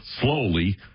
slowly